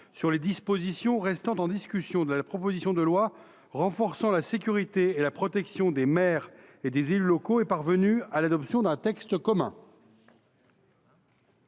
sur les dispositions restant en discussion de la proposition de loi renforçant la sécurité et la protection des maires et des élus locaux est parvenue à l’adoption d’un texte commun.